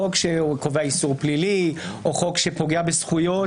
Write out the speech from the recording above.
חוק שקובע איסור פלילי או חוק שפוגע בזכויות,